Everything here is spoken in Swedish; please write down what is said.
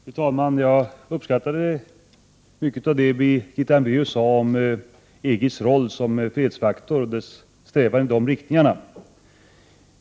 Fru talman! Jag uppskattade mycket av det som Birgitta Hambraeus sade om EG:s roll som fredsfaktor och om dess strävan i de riktningarna.